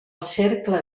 cercle